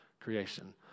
creation